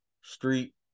street